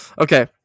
Okay